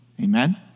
Amen